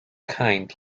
kind